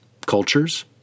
cultures